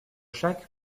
chaque